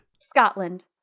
Scotland